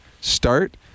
start